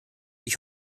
ich